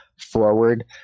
forward